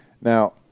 Now